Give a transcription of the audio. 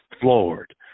floored